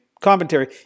commentary